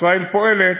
ישראל פועלת,